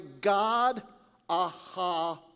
God-aha